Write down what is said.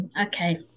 okay